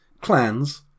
clans